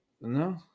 No